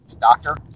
Doctor